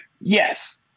Yes